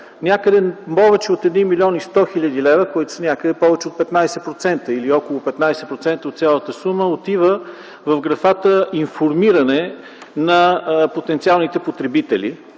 някъде повече от 1 млн. 100 хил. лв., тоест това са повече от 15 или около 15% от цялата сума, отиват в графата „Информиране” на потенциалните потребители.